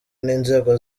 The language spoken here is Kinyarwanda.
n’inzego